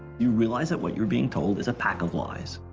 you realize that what youire being told is a pack of lies.